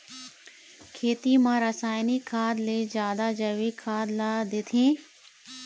खेती म रसायनिक खाद ले जादा जैविक खाद ला देथे